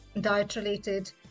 diet-related